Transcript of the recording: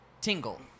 Tingle